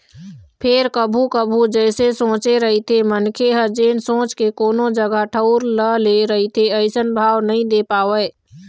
फेर कभू कभू जइसे सोचे रहिथे मनखे ह जेन सोच के कोनो जगा ठउर ल ले रहिथे अइसन भाव नइ दे पावय